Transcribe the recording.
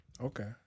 Okay